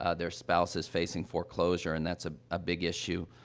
ah their spouse is facing foreclosure, and that's a a big issue.